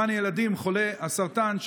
למען הילדים חולי הסרטן,